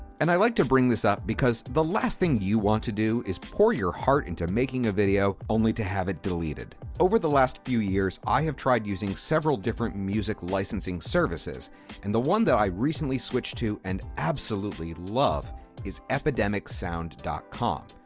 and i like to bring this up because the last thing you want to do is pour your heart into making a video only to have it deleted over the last few years, i have tried using several different music licensing services and the one that i recently switched to and absolutely love is epidemicsound com.